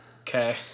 okay